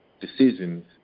decisions